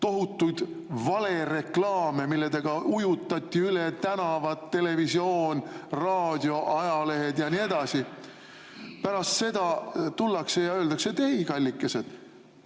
tohutuid valereklaame, millega ujutati üle tänavad, televisioon, raadio, ajalehed ja nii edasi, pärast seda tullakse ja öeldakse, et ei, kallikesed,